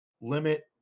limit